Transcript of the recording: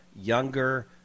younger